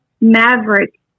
Maverick